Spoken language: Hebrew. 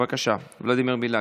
בבקשה, ולדימיר בליאק.